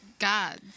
god